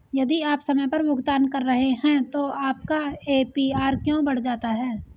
यदि आप समय पर भुगतान कर रहे हैं तो आपका ए.पी.आर क्यों बढ़ जाता है?